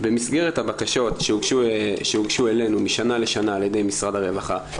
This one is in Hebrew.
במסגרת הבקשות שהוגשו אלינו משנה לשנה על ידי משרד הרווחה,